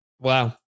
Wow